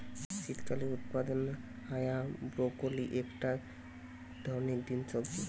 শীতকালে উৎপাদন হায়া ব্রকোলি একটা ধরণের গ্রিন সবজি